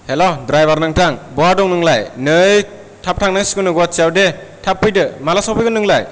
hello driver नोंथां बहा दं नोंलाय नै थाब थांनांसिगौनो गुवाहाटीयाव दे थाब फैदों माला सफैगोन नोंलाय